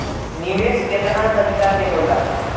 निवेस केतना तरीका के होला?